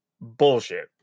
bullshit